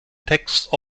text